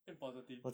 变 positive